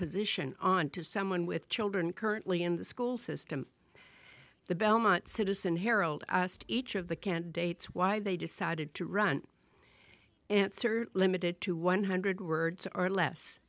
position on to someone with children currently in the school system the belmont citizen harold each of the candidates why they decided to run answer limited to one hundred words or less